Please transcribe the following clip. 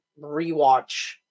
rewatch